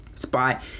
spot